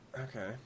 Okay